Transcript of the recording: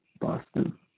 Boston